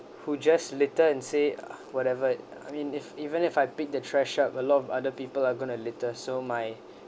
who just litter and say ah whatever I mean if even if I pick the trash up a lot of other people are going to litter so my